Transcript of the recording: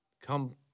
Come